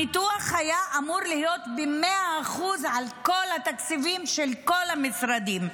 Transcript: הניתוח היה אמור להיות ב-100% על כל התקציבים של כל המשרדים.